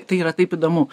tai yra taip įdomu